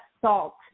salt